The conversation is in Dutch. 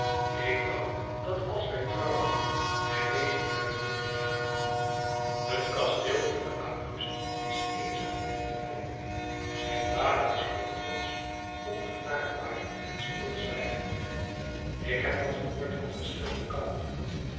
ik woû dat als wij trouwden hij meêging naar amerika hun kasteel in de abruzzen is eenzaam en vervallen zijn vader is heel trotsch ongenaakbaar en stilzwijgend ik heb dat gehoord van verschillende kanten